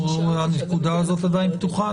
הנקודה הזו פתוחה.